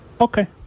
Okay